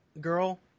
girl